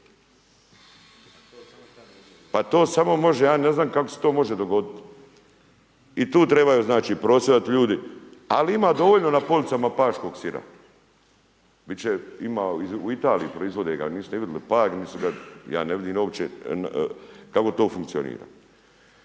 Pa to samo može, ja ne znam kako se to može dogodit i tu trebaju znači prosvjedovat ljudi, ali ima dovoljno na policama paškog sira. Bit će ima u Italiji proizvode ga, niste vidli Pag mislim da ja ne vidim uopće kako to funkcionira.